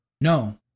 No